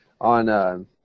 on